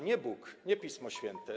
Nie Bóg, nie Pismo Święte.